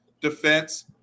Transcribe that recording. defense